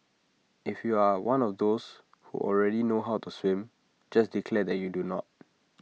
if you are one of those who already know how to swim just declare that you do not